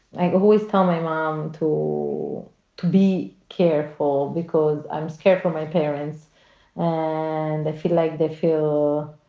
i always tell my mom to to be careful because i'm scared for my parents ah and they feel like they feel